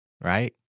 right